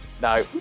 No